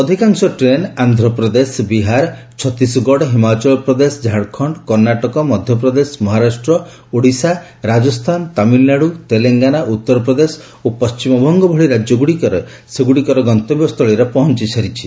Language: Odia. ଅଧିକାଂଶ ଟ୍ରେନ୍ ଆନ୍ଧ୍ରପ୍ରଦେଶ ବିହାର ଛତିଶଗଡ଼ ହିମାଚଳ ପ୍ରଦେଶ ଝାଡ଼ଖଣ୍ଡ କର୍ଷାଟକ ମଧ୍ୟପ୍ରଦେଶ ମହାରାଷ୍ଟ୍ର ଓଡ଼ିଶା ରାଜସ୍ଥାନ ତାମିଲନାଡୁ ତେଲଙ୍ଗାନା ଉତ୍ତରପ୍ରଦେଶ ଓ ପଶ୍ଚିମବଙ୍ଗ ଭଳି ରାଜ୍ୟଗୁଡ଼ିକର ସେଗୁଡ଼ିକର ଗନ୍ତବ୍ୟସ୍ଥଳୀରେ ପହଞ୍ଚି ସାରିଛି